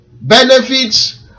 benefits